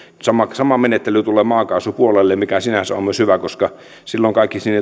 sama menettely tulee maakaasupuolelle mikä sinänsä on myös hyvä koska silloin kaikki